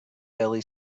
deli